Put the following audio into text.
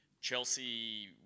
Chelsea